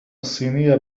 الصينية